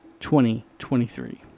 2023